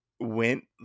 went